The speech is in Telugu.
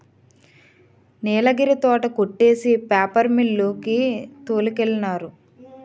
నీలగిరి తోట కొట్టేసి పేపర్ మిల్లు కి తోలికెళ్ళినారు